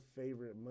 favorite